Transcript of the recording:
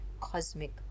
cosmic